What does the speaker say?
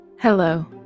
Hello